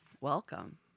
welcome